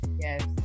yes